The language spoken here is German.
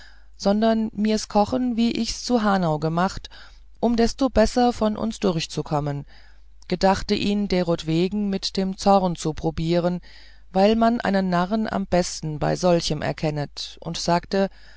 sondern mirs kochen wie ichs zu hanau gemacht um desto besser von uns durchzukommen gedachte ihn derowegen mit dem zorn zu probieren weil man einen narrn am besten bei solchem erkennet und sagte